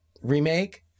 remake